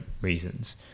reasons